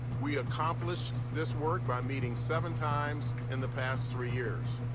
we accomplished this work by meeting seven times in the past three years.